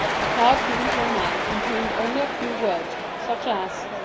the card given to a man contained only a few words, such as